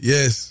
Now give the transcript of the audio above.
Yes